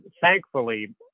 thankfully